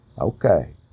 Okay